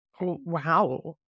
Wow